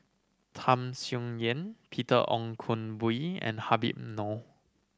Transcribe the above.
Tham Sien Yen Peter Ong and Habib Noh